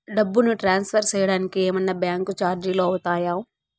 డబ్బును ట్రాన్స్ఫర్ సేయడానికి ఏమన్నా బ్యాంకు చార్జీలు అవుతాయా?